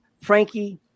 Frankie